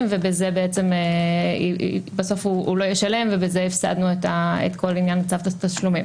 ובסוף הוא לא ישלם ובזה הפסדנו את כל עניין צו התשלומים.